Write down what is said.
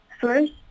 first